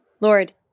Lord